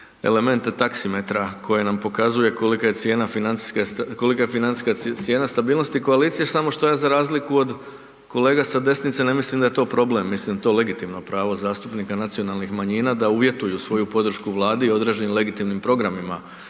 je cijena financijske, kolika je financijska cijena stabilnosti koalicije, samo što ja za razliku od kolega sa desnice ne mislim da je to problem, mislim da je to legitimno zastupnika nacionalnih manjina da uvjetuju svoju podršku Vladi određenim legitimnim programima